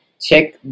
Check